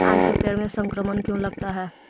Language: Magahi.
आम के पेड़ में संक्रमण क्यों लगता है?